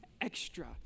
extra